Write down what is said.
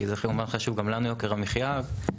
כי גם לנו חשוב יוקר המחיה כמובן,